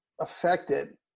affected